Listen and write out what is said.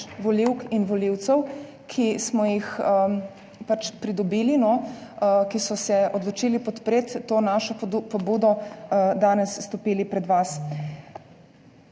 volivk in volivcev, ki smo jih pridobili, ki so se odločili podpreti to našo pobudo, danes stopili pred vas.